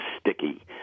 sticky